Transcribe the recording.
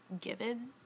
given